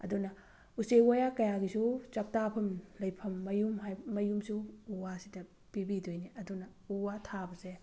ꯑꯗꯨꯅ ꯎꯆꯦꯛ ꯋꯌꯥ ꯀꯌꯥꯒꯤꯁꯨ ꯆꯥꯛꯇꯥꯐꯝ ꯂꯩꯐꯝ ꯃꯌꯨꯝ ꯃꯌꯨꯝꯁꯨ ꯎ ꯋꯥꯁꯤꯗ ꯄꯤꯕꯤꯗꯣꯏꯅꯤ ꯑꯗꯨꯅ ꯎ ꯋꯥ ꯊꯥꯕꯁꯦ